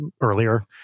earlier